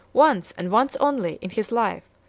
once, and once only, in his life,